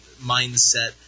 mindset